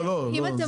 לא, לא.